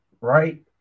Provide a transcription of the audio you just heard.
right